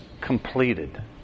completed